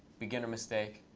beginner mistake.